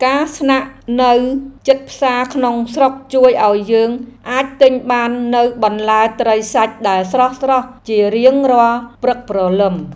ការស្នាក់នៅជិតផ្សារក្នុងស្រុកជួយឱ្យយើងអាចទិញបាននូវបន្លែត្រីសាច់ដែលស្រស់ៗជារៀងរាល់ព្រឹកព្រលឹម។